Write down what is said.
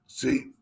See